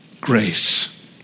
grace